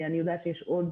אני יודעת שיש עוד.